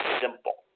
simple